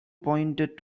pointed